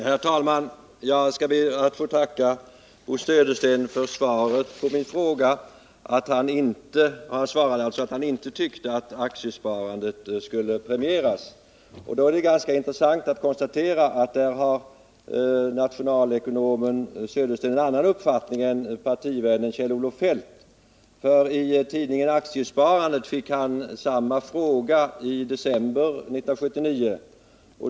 Herr talman! Jag skall be att få tacka Bo Södersten för svaret på min fråga. Han svarade alltså att han inte tyckte att aktiesparandet skulle premieras. Då är det ganska intressant att konstatera att nationalekonomen Södersten har en annan uppfattning än partivännen Kjell-Olof Feldt. Av tidningen Aktiesparandet fick han samma fråga i december 1979.